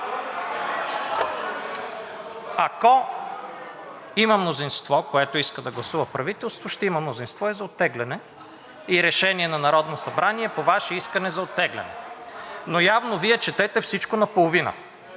Ако има мнозинство, което иска да гласува правителство, ще има мнозинство и за оттегляне – решение на Народното събрание по Ваше искане за оттегляне, но явно Вие четете всичко наполовина,